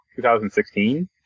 2016